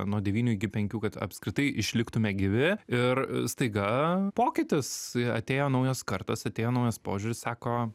nuo devynių iki penkių kad apskritai išliktume gyvi ir staiga pokytis atėjo naujos kartos atėjo naujas požiūris sako